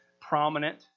prominent